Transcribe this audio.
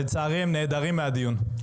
לצערי הם נעדרים מהדיון.